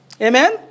Amen